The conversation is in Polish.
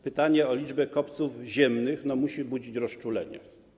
Pytanie o liczbę kopców ziemnych musi budzić rozczulenie.